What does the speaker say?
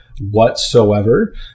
whatsoever